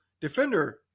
defender